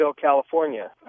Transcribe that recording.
California